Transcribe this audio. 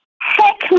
Heck